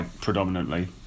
predominantly